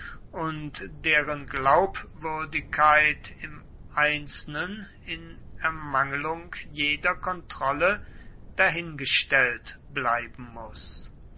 und deren glaubwürdigkeit im einzelnen in ermangelung jeder kontrolle dahingestellt bleiben muß